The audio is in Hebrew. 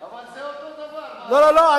אבל זה אותו דבר, לא, לא.